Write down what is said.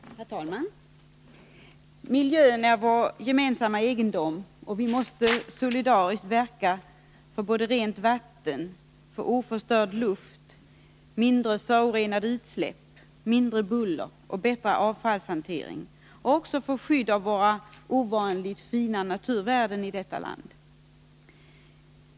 Herr talman! Miljön är vår gemensamma egendom. Vi måste solidariskt verka för rent vatten, oförstörd luft, mindre förorenade utsläpp, mindre buller och bättre avfallshantering och för skydd av de ovanligt fina naturvärden som vi har i vårt land.